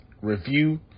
review